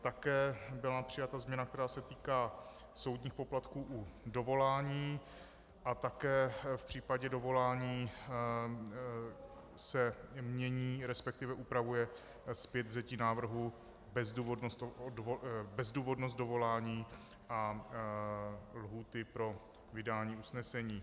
Také byla přijata změna, která se týká soudních poplatků u dovolání a také v případě dovolání se mění, resp. upravuje zpětvzetí návrhu, bezdůvodnost dovolání a lhůty pro vydání usnesení.